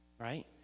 right